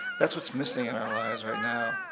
that's what's missing in our lives right now.